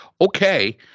Okay